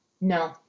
no